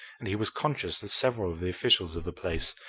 and he was conscious that several of the officials of the place,